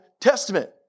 Testament